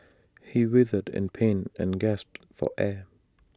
he writhed in pain and gasped for air